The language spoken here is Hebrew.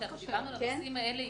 כשדיברנו על הנושאים האלה,